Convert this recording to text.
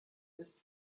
ist